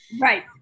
Right